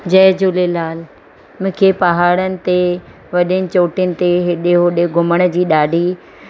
जय झूलेलाल मूंखे पहाड़नि ते वॾियुनि चोटियुनि ते हेॾे होॾे घुमण जी ॾाढी